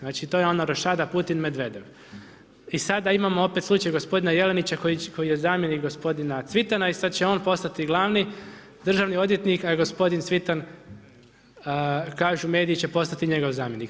Znači to je ona rošada Putin … I sada imamo opet slučaj gospodin Jelenića, koji je zamjenik gospodina Cvitana i sada će on postati glavni državni odvjetnik, a gospodin Cvitan, kažu mediji, će postati njegov zamjenik.